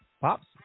Pops